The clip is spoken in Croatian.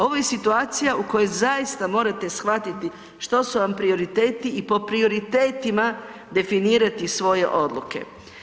Ovo je situacija u kojoj zaista morate shvatiti što su vam prioriteti i po prioritetima definirati svoje odluke.